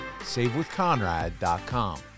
savewithconrad.com